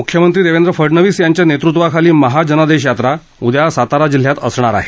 मुख्यमंत्री देवेंद्र फडणवीस यांच्या नेतृत्वाखाली महाजनादेश यात्रा उद्या सातारा जिल्ह्यात असणार आहे